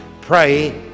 Pray